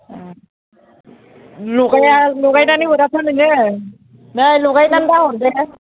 लकेल लगायनानै हराथ' नोङो नै लगायनानै दाहर दे